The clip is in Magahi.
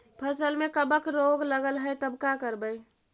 फसल में कबक रोग लगल है तब का करबै